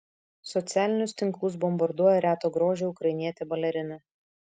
socialinius tinklus bombarduoja reto grožio ukrainietė balerina